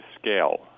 scale